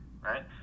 right